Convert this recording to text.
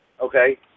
okay